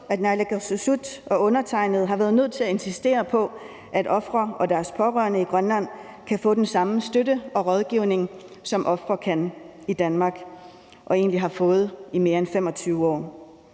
at naalakkersuisut og undertegnede har været nødt til at insistere på, at ofre og deres pårørende i Grønland kan få den samme støtte og rådgivning, som ofre kan i Danmark og egentlig har kunnet i mere end 25 år.